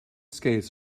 skates